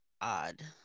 odd